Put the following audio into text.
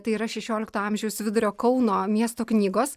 tai yra šešiolikto amžiaus vidurio kauno miesto knygos